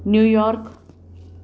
New York